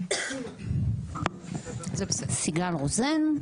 סיגל רוזן,